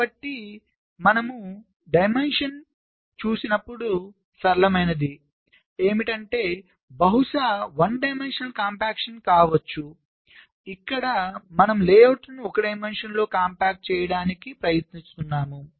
కాబట్టి మనము డైమెన్షన్ను చూసినప్పుడు సరళమైనది ఏమిటంటే బహుశా 1 డైమెన్షనల్ కాంపాక్షన్ కావచ్చు ఇక్కడ మనము లేఅవుట్లను 1 డైమెన్షన్లో కాంపాక్ట్ చేయడానికి ప్రయత్నిస్తాము